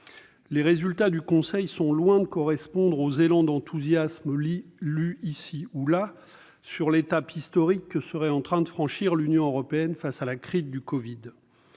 Ses résultats sont loin de correspondre aux élans d'enthousiasme vus ici ou là pour saluer l'étape historique que serait en train de franchir l'Union européenne face à la crise du Covid-19.